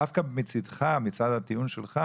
דווקא מצידך, מצד הטיעון שלך